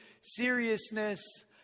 seriousness